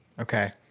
Okay